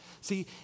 See